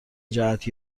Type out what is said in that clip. جهت